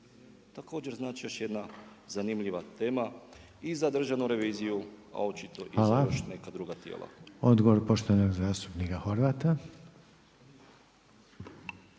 Također znači još jedna zanimljiva tema, i za Državnu reviziju, a očito i za još neka druga tijela. **Reiner, Željko (HDZ)** Hvala. Odgovor poštovanog zastupnika Horvata.